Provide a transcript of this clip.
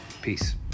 Peace